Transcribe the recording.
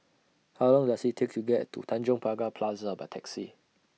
How Long Does IT Take to get to Tanjong Pagar Plaza By Taxi